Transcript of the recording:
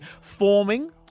forming